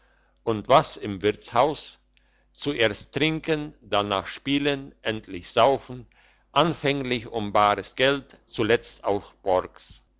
und was im wirtshaus zuerst trinken danach spielen endlich saufen anfänglich um bares geld zuletzt auf borgs